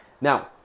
Now